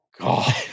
God